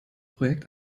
projekt